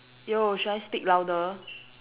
yo should I speak louder